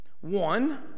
One